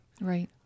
Right